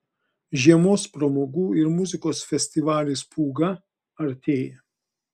žiemos pramogų ir muzikos festivalis pūga artėja